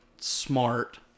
smart